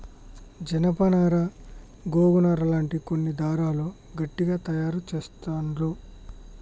జానప నారా గోగు నారా లాంటి కొన్ని దారాలు గట్టిగ తాయారు చెస్తాండ్లు